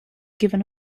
given